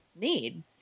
need